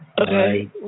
Okay